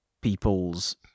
people's